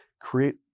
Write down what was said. create